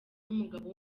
n’umugabo